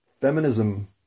feminism